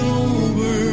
over